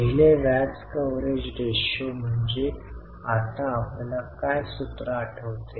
पहिले व्याज coverage ratio म्हणजे आता आपल्याला काय सूत्र आठवते